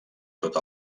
tot